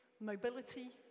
Mobility